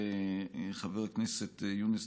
חבר הכנסת יונס,